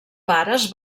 pares